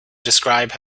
describe